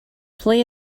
play